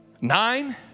nine